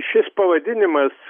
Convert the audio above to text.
šis pavadinimas